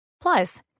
Plus